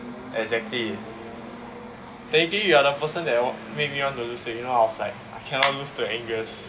exactly technically you are the person that want make me want to lost weight you know I was like I cannot lose to angus